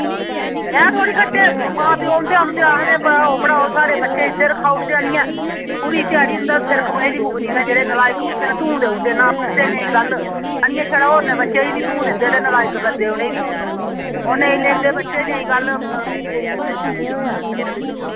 में थोह्ड़ी कट्टे मां प्यो उं'दे औंदे आखदे पढ़ाओ पढ़ाओ साढ़े बच्चें गी सिर खाई ओड़दे न आह्नियै पूरी ध्याड़ी उं'दी सिर खपाई नी मुकदी में जेह्ड़े नलायक बच्चे न धूं देई ओड़दे नेईं पढ़दे नेईं गल्ल आह्नियै छड़ा होरने बच्चें बी धूं दिंदे न ते नलायक करदे न उ'नें गी बी ओह् नेईं लेंदे बच्चे नेईं गल्ल